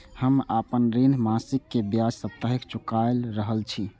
हम आपन ऋण मासिक के ब्याज साप्ताहिक चुका रहल छी